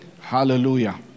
Hallelujah